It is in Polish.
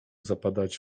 zapadać